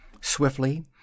Swiftly